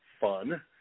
fun